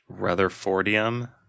Rutherfordium